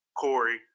Corey